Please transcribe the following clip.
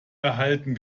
erhalten